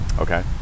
okay